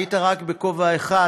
היית רק בכובע אחד,